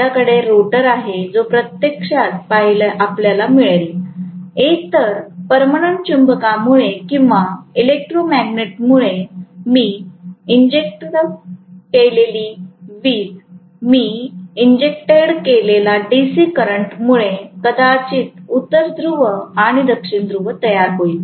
माझ्याकडे रोटर आहे जो प्रत्यक्षात आपल्याला मिळेल एकतर पर्मनंट चुंबकामुळे किंवा इलेक्ट्रोमॅग्नेटमुळे मी इंजेक्टड केलेली वीज मी इंजेक्टड केलेला डीसी करंट मुळे कदाचित उत्तर ध्रुव आणि दक्षिण ध्रुव तयार होईल